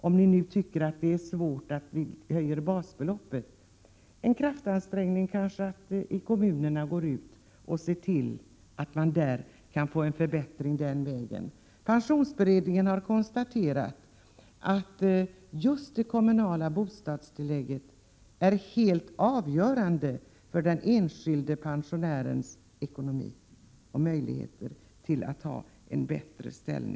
Om ni nu tycker att det är svårt att höja basbeloppet, skulle det kunna göras en kraftansträngning i kommunerna för att få en förbättring den vägen. Pensionsberedningen har konstaterat att just det kommunala bostadstillägget är helt avgörande för den enskilde pensionärens ekonomi och möjligheter.